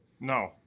No